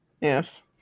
Yes